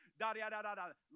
da-da-da-da-da